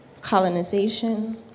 colonization